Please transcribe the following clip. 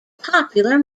popular